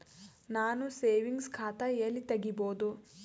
ನಾನು ಸೇವಿಂಗ್ಸ್ ಖಾತಾ ಎಲ್ಲಿ ತಗಿಬೋದು?